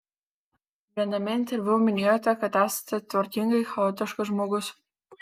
viename interviu minėjote kad esate tvarkingai chaotiškas žmogus